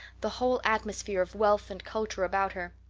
the whole atmosphere of wealth and culture about her.